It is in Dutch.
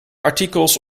artikels